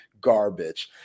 garbage